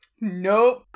Nope